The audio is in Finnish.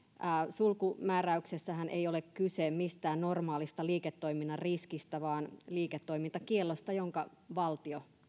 sulkumääräyksessähän ei ole kyse mistään normaalista liiketoiminnan riskistä vaan liiketoimintakiellosta jonka valtio